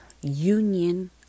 union